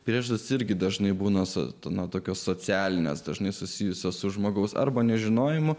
priežastys irgi dažnai būna saturno tokias socialines dažnai susijusias su žmogaus arba nežinojimo